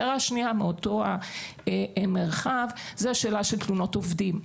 הערה שנייה היא מאותו מרחב היא השאלה של תלונות עובדים.